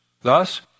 Thus